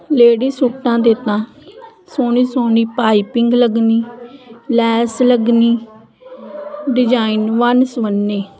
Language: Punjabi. ਲੇਡੀ ਸੂਟਾਂ ਦੇ ਤਾਂ ਸੋਹਣੀ ਸੋਹਣੀ ਪਾਈਪਿੰਗ ਲੱਗਣੀ ਲੈਸ ਲੱਗਣੀ ਡਿਜ਼ਾਇਨ ਵਨ ਸੁਵੰਨੇ